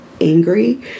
angry